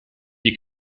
die